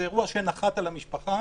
זה אירוע שנחת על המשפחה,